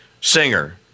Singer